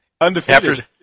Undefeated